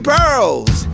Pearls